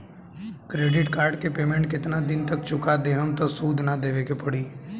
Credit card के payment केतना दिन तक चुका देहम त सूद ना देवे के पड़ी?